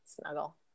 snuggle